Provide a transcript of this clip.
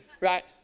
right